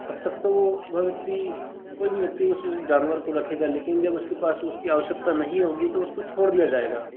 तब तक तो वो बहोत ही कोई भी व्यक्ति उस जानवर को रखेगा लेकिन जब उसके पास उसकी आवश्यकता नहीं होगी तो उसको छोड़ दिया जाएगा